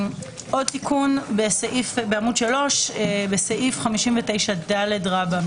עוד תיקון בעמוד 3 בסעיף 59ד רבא,